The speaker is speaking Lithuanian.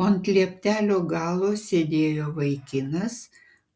o ant lieptelio galo sėdėjo vaikinas